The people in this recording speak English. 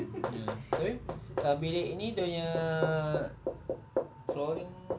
ya tapi bilik ini dia punya flooring